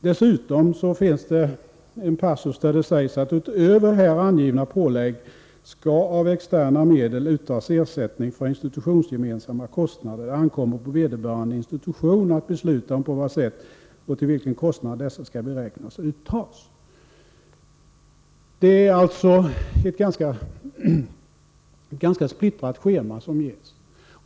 Dessutom finns det en passus där det sägs att utöver här angivna pålägg skall av externa medel uttas ersättning för institutionsgemensamma kostnader, och det ankommer på vederbörande institution att besluta på vad sätt och till vilken kostnad dessa skall beräknas bli uttagna. Det är alltså ett ganska splittrat schema som ges.